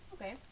Okay